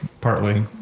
partly